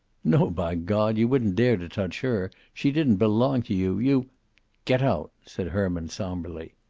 no by god! you wouldn't dare to touch her. she didn't belong to you. you get out, said herman, somberly.